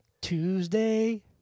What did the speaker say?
Tuesday